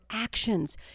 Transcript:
actions